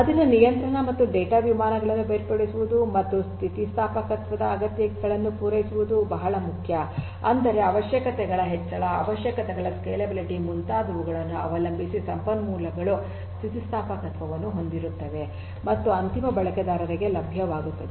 ಆದ್ದರಿಂದ ನಿಯಂತ್ರಣ ಮತ್ತು ಡೇಟಾ ವಿಮಾನಗಳನ್ನು ಬೇರ್ಪಡಿಸುವುದು ಮತ್ತು ಸ್ಥಿತಿಸ್ಥಾಪಕತ್ವದ ಅಗತ್ಯತೆಗಳನ್ನು ಪೂರೈಸುವುದು ಬಹಳ ಮುಖ್ಯ ಅಂದರೆ ಅವಶ್ಯಕತೆಗಳ ಹೆಚ್ಚಳ ಅವಶ್ಯಕತೆಗಳ ಸ್ಕೇಲೆಬಿಲಿಟಿ ಮುಂತಾದವುಗಳನ್ನು ಅವಲಂಬಿಸಿ ಸಂಪನ್ಮೂಲಗಳು ಸ್ಥಿತಿಸ್ಥಾಪಕತ್ವವನ್ನು ಹೊಂದಿರುತ್ತವೆ ಮತ್ತು ಅಂತಿಮ ಬಳಕೆದಾರರಿಗೆ ಲಭ್ಯವಾಗುತ್ತವೆ